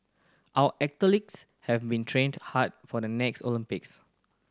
our athletes have been training hard for the next Olympics